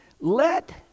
Let